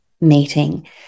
meeting